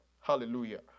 Hallelujah